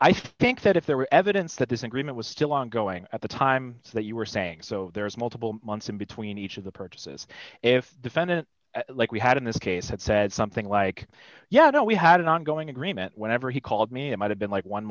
i think that if there were evidence that this agreement was still ongoing at the time that you were saying so there's multiple months in between each of the purchases if defendant like we had in this case had said something like yeah that we had an ongoing agreement whenever he called me it might have been like one